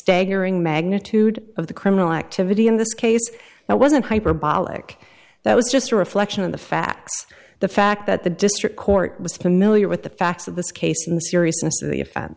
staggering magnitude of the criminal activity in this case that wasn't hyperbolic that was just a reflection of the facts the fact that the district court was familiar with the facts of this case from the seriousness of the offense